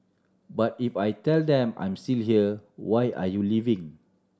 but if I tell them I'm still here why are you leaving